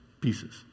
pieces